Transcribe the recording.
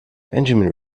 benjamin